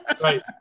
Right